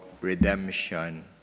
redemption